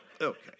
Okay